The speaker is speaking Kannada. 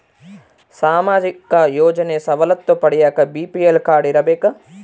ಸಾಮಾಜಿಕ ಯೋಜನೆ ಸವಲತ್ತು ಪಡಿಯಾಕ ಬಿ.ಪಿ.ಎಲ್ ಕಾಡ್೯ ಇರಬೇಕಾ?